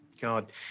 God